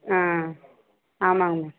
ஆ ஆமாங்க மேம்